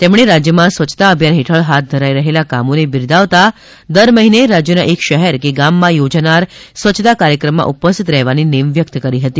તેમણે રાજ્યમાં સ્વચ્છતા અભિયાન હેઠળ હાથ ધરાઇ રહેલા કામોને બિરદાવતા દર મહિને રાજ્યના એક શહેર કે ગામમાં યોજાનાર સ્વચ્છતા કાર્યક્રમમાં ઉપસ્થિત રહેવાની નેમ વ્યક્ત કરી હતી